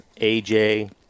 AJ